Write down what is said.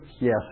Yes